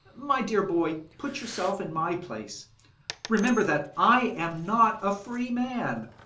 my dear boy, put yourself in my place remember that i am not a free man,